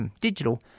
digital